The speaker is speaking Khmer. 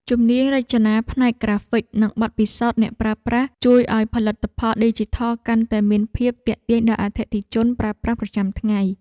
ជំនាញរចនាផ្នែកក្រាហ្វិកនិងបទពិសោធន៍អ្នកប្រើប្រាស់ ជួយឱ្យផលិតផលឌីជីថលកាន់តែមានភាពទាក់ទាញដល់អតិថិជនប្រើប្រាស់ប្រចាំថ្ងៃ។